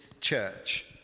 Church